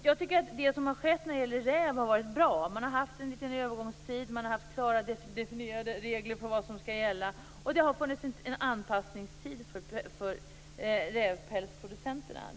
Jag tycker att det som har skett när det rävar har varit bra. Man har haft en liten övergångstid. Man har haft klart definierade regler för vad som skall gälla, och det har funnits en anpassningstid för rävpälsproducenterna.